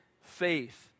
faith